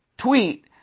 tweet